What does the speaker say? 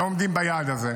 לא עומדים ביעד הזה.